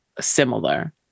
similar